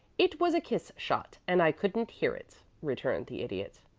it was a kiss shot, and i couldn't hear it, returned the idiot.